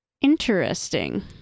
Interesting